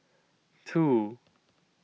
two